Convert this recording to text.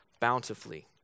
bountifully